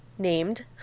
named